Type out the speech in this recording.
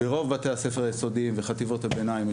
ברוב בתי הספר היסודיים וחטיבות הביניים,